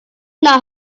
not